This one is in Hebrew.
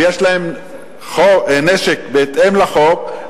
ויש להם נשק בהתאם לחוק,